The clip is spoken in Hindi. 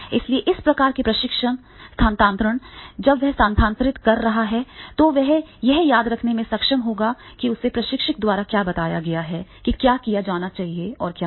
इसलिए इस प्रकार का प्रशिक्षण स्थानांतरण जब वह स्थानांतरित कर रहा है तो वह यह याद रखने में सक्षम होगा कि उसे प्रशिक्षक द्वारा क्या बताया गया है कि क्या किया जाना है और क्या नहीं